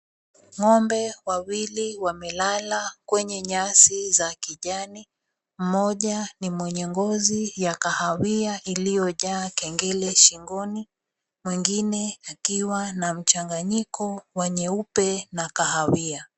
Ng'ombe wawili wamelala kwenye nyasi za kijani, moja ni mwenye ngozi kahawia iliyojaa kengele shingoni na mwingine akiwa na mchanganyiko wa nyeupe na kahawia.